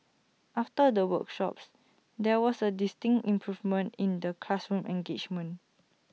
after the workshops there was A distinct improvement in the classroom engagement